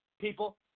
people